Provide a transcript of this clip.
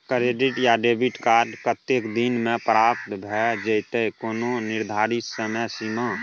Credit या debit card कत्ते दिन म प्राप्त भ जेतै, कोनो निर्धारित समय सीमा?